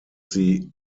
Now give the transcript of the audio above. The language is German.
sie